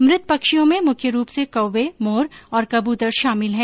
मृत पक्षियों में मुख्यरूप से कोवे मोर और कबूतर शामिल है